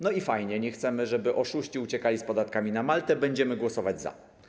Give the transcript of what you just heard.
No i fajnie, nie chcemy, żeby oszuści uciekali z podatkami na Maltę, i będziemy głosować za.